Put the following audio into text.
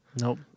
Nope